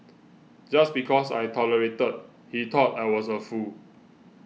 just because I tolerated he thought I was a fool